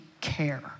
care